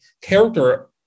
character